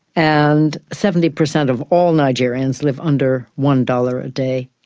and seventy per cent of all nigerians live under one dollars a day.